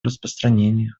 распространения